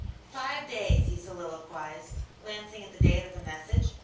five days, he soliloquized, glancing at the date of the message,